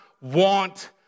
want